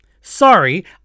Sorry